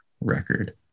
record